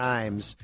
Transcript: Times